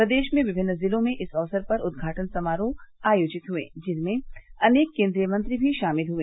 प्रदेश में विभिन्न जिलों में इस अवसर पर उद्घाटन समारोह आयोजित हुए जिसमें अनेक केन्द्रीय मंत्री भी शामिल हुए